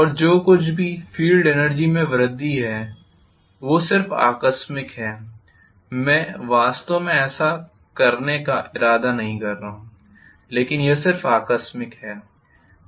और जो कुछ भी फील्ड एनर्जी में वृद्धि है वो सिर्फ आकस्मिक है मैं वास्तव में ऐसा करने का इरादा नहीं कर रहा हूं लेकिन यह सिर्फ आकस्मिक है